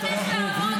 אתה רוצה מקור תקציבי,